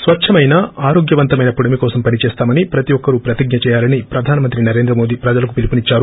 స్వచ్చమైన ఆరోగ్య వంతమైన పుడమి కోసం పని చేస్తామని ప్రతి ఒక్కరూ ప్రతిజ్ఞ చేయాలని ప్రధాన మంత్రి నరేంద్రమోదీ ప్రజలకు పిలుపునిద్సారు